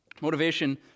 Motivation